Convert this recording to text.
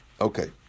Okay